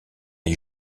est